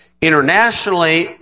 internationally